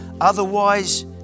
otherwise